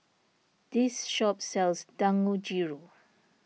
this shop sells Dangojiru